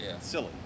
silly